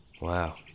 Wow